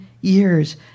years